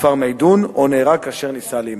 בכפר מיידון, או נהרג כאשר ניסה להימלט.